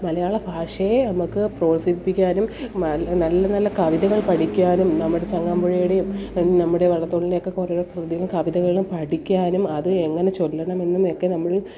മലയാള ഭാഷയെ നമുക്ക് പ്രോത്സാഹിപ്പിക്കാനും മ് നല്ല നല്ല കവിതകൾ പഠിക്കാനും നമ്മുടെ ചങ്ങമ്പുഴയുടെയും നമ്മുടെ വള്ളത്തോളിൻ്റെയൊക്കെ കുറേ കൃതികൾ കവിതകൾ പഠിക്കാനും അത് എങ്ങനെ ചൊല്ലണമെന്നും ഒക്കെ നമ്മൾ